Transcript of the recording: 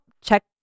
check